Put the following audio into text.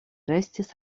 restis